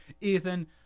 Ethan